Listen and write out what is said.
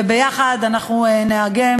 וביחד אנחנו נאגם,